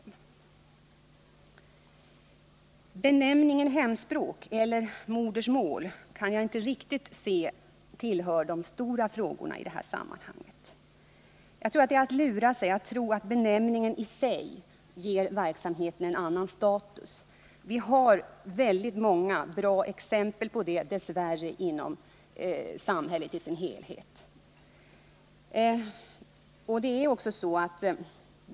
Jag kan inte se att benämningen hemspråk eller modersmål kan höra till de verkligt stora frågorna. Det är att lura sig att tro att benämningen i sig ger verksamheten status. Vi har dess värre väldigt många bra exempel på det inom samhället.